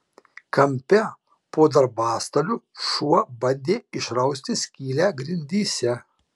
kampe po darbastaliu šuo bandė išrausti skylę grindyse